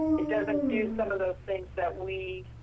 it doesn't do some of those things that we